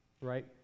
right